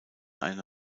eine